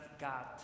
God